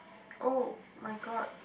oh-my-god